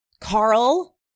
carl